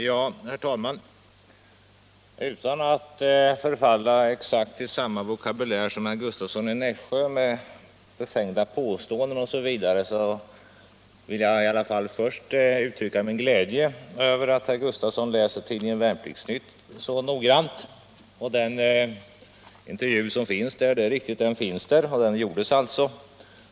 Herr talman! Utan att vilja förfalla till exakt samma vokabulär som herr Gustavsson i Nässjö, som har talat om befängda påståenden osv., vill jag först uttrycka min glädje över att herr Gustavsson i alla fall läser tidningen Värnplikts-Nytt så noggrant. Det är riktigt att den här intervjun gjordes.